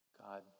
God